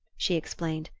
she explained,